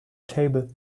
table